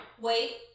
wait